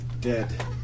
Dead